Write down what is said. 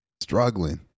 struggling